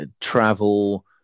Travel